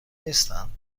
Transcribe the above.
نیستند